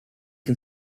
can